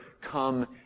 come